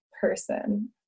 person